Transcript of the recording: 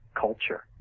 culture